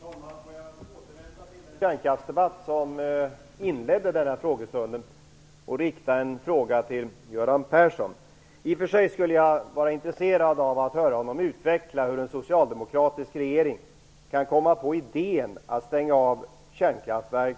Fru talman! Jag vill återvända till den kärnkraftsdebatt som inledde den här frågestunden och rikta en fråga till Göran Persson. I och för sig skulle jag vara intresserad av att höra honom utveckla hur en socialdemokratisk regering kan komma på idén att stänga av kärnkraftverk